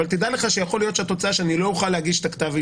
אבל תדע לך שיכול להיות שהתוצאה תהיה שאני לא אוכל להגיש את הכתב אישום.